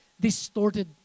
distorted